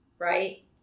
Right